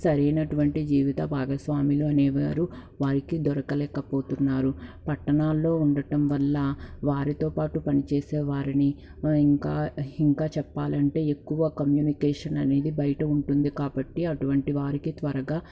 సరైనటువంటి జీవిత భాగస్వాములు అనేవారు వారికి దొరకలేకపోతున్నారు పట్టణాల్లో ఉండటం వల్ల వారితో పాటు పనిచేసే వారిని ఇంకా ఇంకా చెప్పాలంటే ఎక్కువ కమ్యూనికేషన్ అనేది బయట ఉంటుంది కాబట్టి అటువంటి వారికి త్వరగా